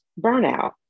burnout